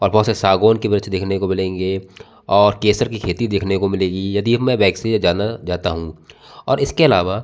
और बहुत से सागौन के वृक्ष देखने को मिलेंगे और केसर की खेती देखने को मिलेगी यदि हमें बाइक से जाना जाता हूँ और इसके अलावा